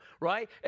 right